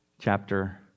chapter